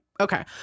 okay